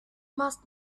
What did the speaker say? must